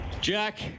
Jack